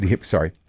Sorry